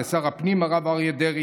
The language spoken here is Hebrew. לשר הפנים הרב אריה דרעי,